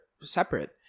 separate